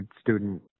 student